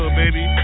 baby